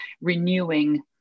renewing